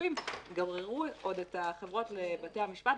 החצופים גררו עוד את החברות לבתי המשפט.